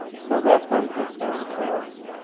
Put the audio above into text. so that's one concern for us.